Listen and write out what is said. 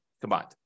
combined